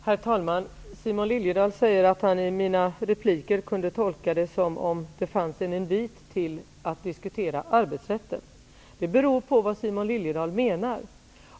Herr talman! Simon Liliedahl säger att han kunde tolka det som om det i mina repliker fanns en invit till att diskutera arbetsrätten. Det beror på vad Simon Liliedahl menar.